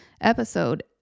episode